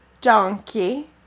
Donkey